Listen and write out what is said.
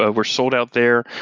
ah we're sold out there,